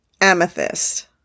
Amethyst